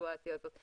בסיטואציה הזאת.